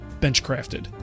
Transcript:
BenchCrafted